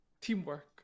teamwork